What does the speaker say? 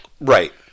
Right